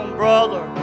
brother